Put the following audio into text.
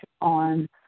on